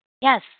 Yes